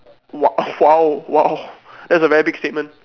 !wow! !wow! !wow! that's a very big statement